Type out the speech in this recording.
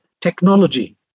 technology